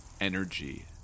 energy